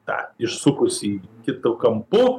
tą išsukusį kitu kampu